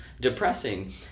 depressing